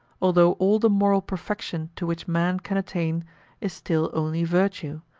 although all the moral perfection to which man can attain is still only virtue,